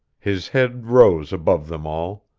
his head rose above them all.